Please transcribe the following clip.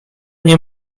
nie